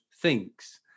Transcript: thinks